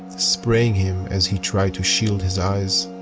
spraying him as he tried to shield his eyes.